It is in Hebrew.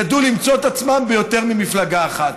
ידעו למצוא את עצמם ביותר ממפלגה אחת.